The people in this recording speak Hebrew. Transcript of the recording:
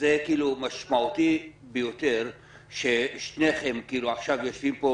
זה משמעותי ביותר ששניכם עכשיו יושבים פה